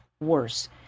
worse